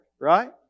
right